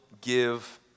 give